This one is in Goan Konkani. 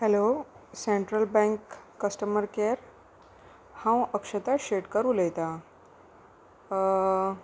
hello central bank customer care हांव अक्षता शेटकर उलयतां